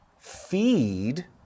feed